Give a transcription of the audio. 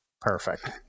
Perfect